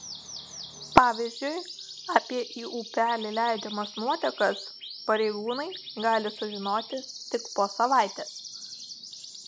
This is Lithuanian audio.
pavyzdžiui apie į upelį leidžiamas nuotekas pareigūnai gali sužinoti tik po savaitės